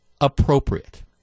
appropriate